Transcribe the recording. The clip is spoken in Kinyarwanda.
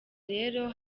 rero